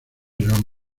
joan